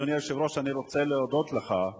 אדוני היושב-ראש, אני רוצה להודות לך,